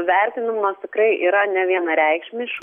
vertinimas tikrai yra nevienareikšmiš